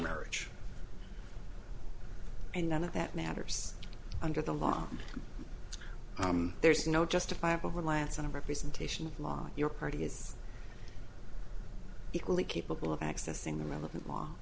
marriage and none of that matters under the law there's no justifiable reliance on a representational law your party is equally capable of accessing the relevant